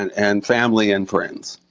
and and family and friends.